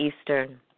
eastern